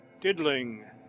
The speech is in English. Diddling